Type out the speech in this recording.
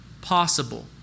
possible